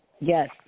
Yes